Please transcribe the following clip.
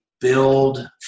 build